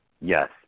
Yes